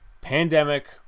pandemic